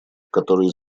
который